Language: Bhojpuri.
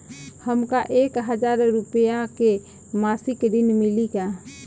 हमका एक हज़ार रूपया के मासिक ऋण मिली का?